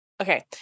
Okay